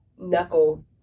Knuckle